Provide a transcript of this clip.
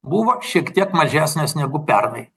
buvo šiek tiek mažesnės negu pernai